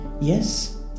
Yes